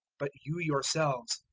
but you yourselves,